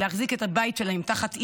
את הבית שלהן תחת אי-ודאות,